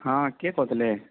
ହଁ କିଏ କହୁଥିଲେ